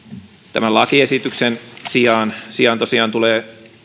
tämän lakiesityksen sijaan sijaan tosiaan tulee